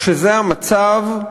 כשזה המצב,